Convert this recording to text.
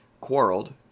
quarreled